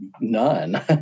none